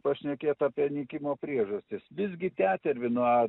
pašnekėt apie nykimo priežastis visgi tetervino